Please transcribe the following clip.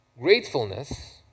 Gratefulness